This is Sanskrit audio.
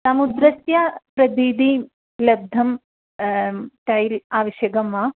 समुद्रस्य प्रतीतिः लब्धं टैल् आवश्यकं वा